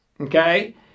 okay